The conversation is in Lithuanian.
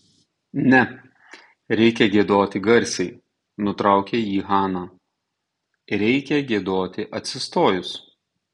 ne reikia giedoti garsiai nutraukė jį hana reikia giedoti atsistojus